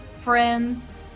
friends